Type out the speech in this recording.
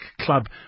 club